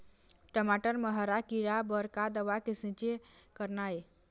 टमाटर म हरा किरा बर का दवा के छींचे करना ये?